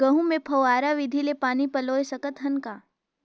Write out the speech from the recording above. गहूं मे फव्वारा विधि ले पानी पलोय सकत हन का?